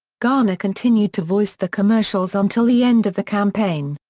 garner continued to voice the commercials until the end of the campaign.